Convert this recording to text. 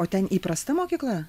o ten įprasta mokykla